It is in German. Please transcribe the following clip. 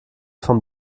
von